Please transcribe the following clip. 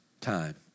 time